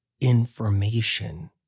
information